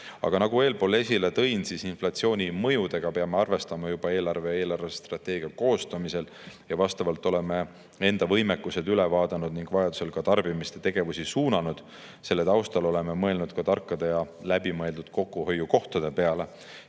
Aga nagu ma eespool esile tõin, inflatsiooni mõjudega peame arvestama juba eelarve ja eelarvestrateegia koostamisel. Vastavalt sellele oleme enda võimekused üle vaadanud ning vajadusel tarbimist ja tegevusi suunanud. Selle taustal oleme mõelnud ka tarkade ja läbimõeldud kokkuhoiukohtade peale.